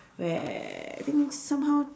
where I think somehow